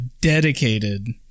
dedicated